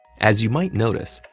as you might notice,